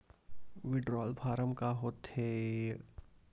withdrawal form का होथेय